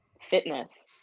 fitness